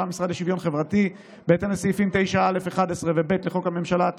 למשרד לשוויון חברתי: בהתאם לסעיפים 9(א)(11) ו-(ב) לחוק הממשלה,